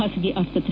ಬಾಸಗಿ ಆಸ್ಪತ್ರೆ